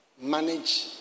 manage